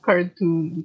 Cartoon